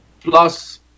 plus